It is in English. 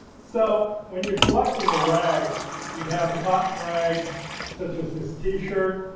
so, when your selecting a rag you'd have a cotton rag such as this t-shirt.